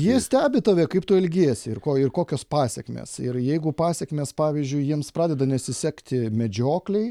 jie stebi tave kaip tu elgiesi ir ko ir kokioss pasekmės ir jeigu pasekmės pavyzdžiui jiems pradeda nesisekti medžioklėj